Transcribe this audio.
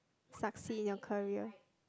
succeed in your career